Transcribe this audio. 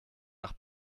nach